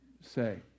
say